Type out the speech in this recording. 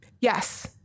Yes